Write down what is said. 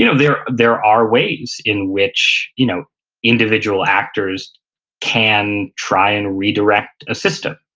you know there there are ways in which you know individual actors can try and redirect a system.